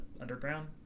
underground